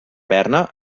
berna